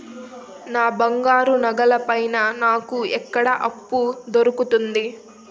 నా బంగారు నగల పైన నాకు ఎక్కడ అప్పు దొరుకుతుంది